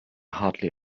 hardly